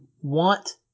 want